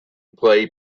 play